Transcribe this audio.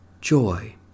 joy